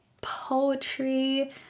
poetry